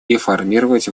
реформировать